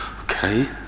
okay